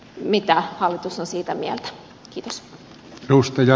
mitä hallitus on siitä mieltä